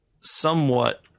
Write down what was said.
somewhat